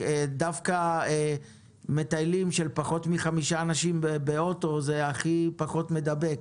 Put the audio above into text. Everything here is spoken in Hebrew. דווקא מטיילים שהם פחות מחמישה אנשים באוטו זה הכי פחות מדבק,